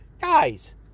Guys